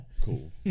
Cool